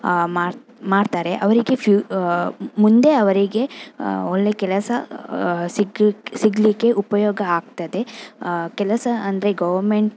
ಮಾಡ್ ಮಾಡ್ತಾರೆ ಅವರಿಗೆ ಫ್ಯೂ ಮುಂದೆ ಅವರಿಗೆ ಒಳ್ಳೆಯ ಕೆಲಸ ಸಿಗ್ಲ್ ಸಿಗಲಿಕ್ಕೆ ಉಪಯೋಗ ಆಗ್ತದೆ ಕೆಲಸ ಅಂದರೆ ಗರ್ವ್ನ್ಮೆಂಟ್